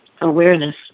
awareness